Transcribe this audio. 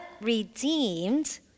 redeemed